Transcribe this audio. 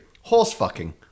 horse-fucking